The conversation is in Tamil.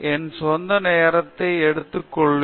என் சொந்த நேரத்தை எடுத்து கொள்வேன்